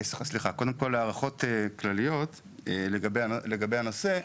כמה הערכות כלליות לגבי הנושא.